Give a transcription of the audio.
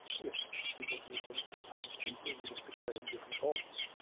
if sequencing had been ten times cheaper, we'd have declared different goals.